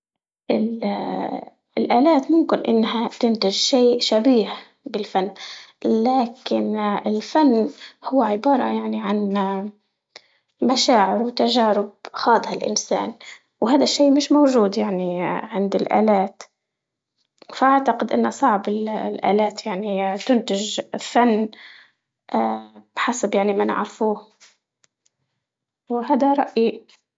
ال- الآلات ممكن إنها تنتج شي شبيه بالفن لكن الفن هو عبارة يعني عن مشاعر وتجارب خاضها الإنسان، وهذا الشي مش موجود يعني عند الآلات، فأعتقد إنه صعب ال- الآلات يعني تنتج فن بحسب يعني ما نعرفوه، وهادا رأيي.